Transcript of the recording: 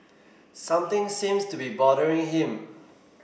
something seems to be bothering him